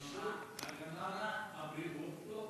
רשות הגנת הבריאות, לא.